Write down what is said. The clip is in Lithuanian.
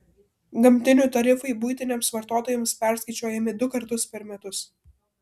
gamtinių tarifai buitiniams vartotojams perskaičiuojami du kartus per metus